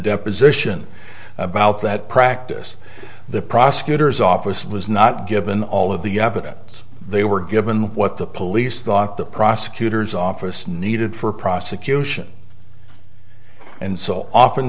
deposition about that practice the prosecutor's office was not given all of the evidence they were given what the police thought the prosecutor's office needed for prosecution and so often